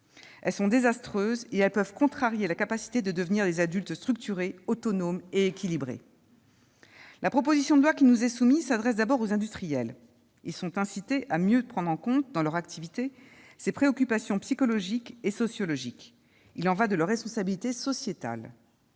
Elles sont désastreuses et peuvent contrarier la capacité de ces enfants à devenir des adultes structurés, autonomes et équilibrés. La proposition de loi qui nous est soumise s'adresse d'abord aux industriels : ils sont incités à mieux prendre en compte dans leur activité ces préoccupations psychologiques et sociologiques. Il y va de leur responsabilité sociétale.